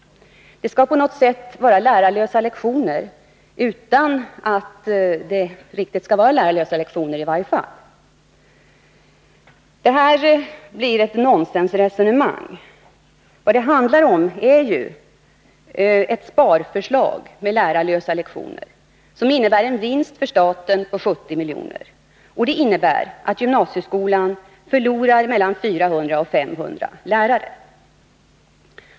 Det skall på något sätt vara lärarlösa lektioner utan att det ändå är lärarlösa lektioner. Det är ett nonsensresonemang. Vad det handlar om är ett sparförslag med lärarlösa lektioner som innebär en vinst för staten på 70 milj.kr. Och det innebär att gymnasieskolan förlorar mellan 400 och 500 lärare.